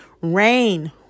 rain